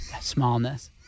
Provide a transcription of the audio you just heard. smallness